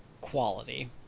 quality